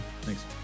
thanks